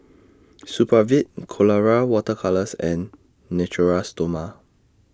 Supravit Colora Water Colours and Natura Stoma